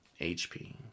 HP